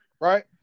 Right